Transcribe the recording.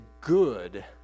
good